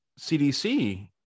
CDC